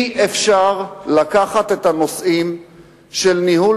אי-אפשר לקחת את הנושאים של ניהול